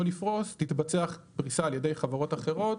לפרוס תתבצע פריסה על ידי חברות אחרות